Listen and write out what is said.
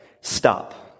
Stop